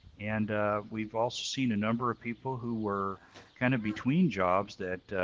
and we've also seen a number of people who were kind of between jobs, that